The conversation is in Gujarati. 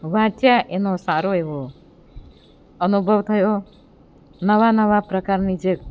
વાંચ્યા એનો સારો એવો અનુભવ થયો નવા નવા પ્રકારની જે